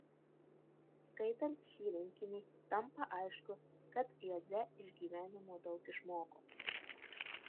skaitant šį rinkinį tampa aišku kad joze iš gyvenimo daug išmoko